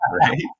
right